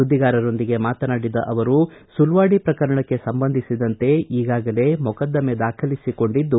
ಸುದ್ದಿಗಾರರೊಂದಿಗೆ ಮಾತನಾಡಿದ ಅವರು ಸುಲ್ವಾಡಿ ಪ್ರಕರಣಕ್ಕೆ ಸಂಬಂಧಿಸಿದಂತೆ ಈಗಾಗಲೇ ಮೊಕದ್ದಮೆ ದಾಖಲಿಸಿಕೊಂಡಿದ್ದು